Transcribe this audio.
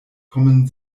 kommen